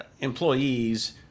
Employees